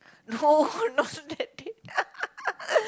no not that date